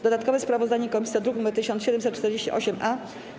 Dodatkowe sprawozdanie komisji to druk nr 1748-A.